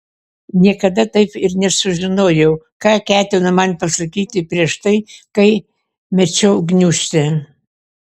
niekada taip ir nesužinojau ką ketino man pasakyti prieš tai kai mečiau gniūžtę